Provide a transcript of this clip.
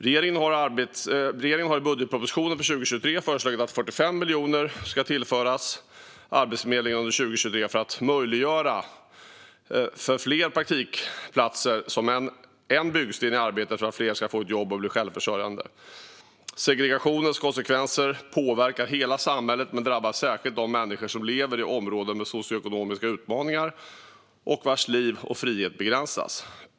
Regeringen har i budgetpropositionen för 2023 föreslagit att 45 miljoner ska tillföras Arbetsförmedlingen under 2023 för att möjliggöra fler praktikplatser, som en byggsten i arbetet för att fler ska få ett jobb och bli självförsörjande. Segregationens konsekvenser påverkar hela samhället men drabbar särskilt de människor som lever i områden med socioekonomiska utmaningar och vars liv och frihet begränsas.